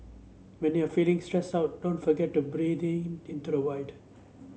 when you are feeling stressed out don't forget to breathe in into the void